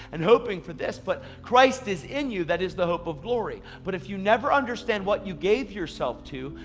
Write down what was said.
and hoping for this, but christ is in you that is the hope of glory. but if you never understand what you gave yourself to,